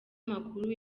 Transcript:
amakuru